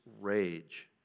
rage